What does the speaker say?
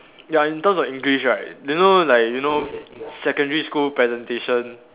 ya in terms of English right you know like you know secondary school presentation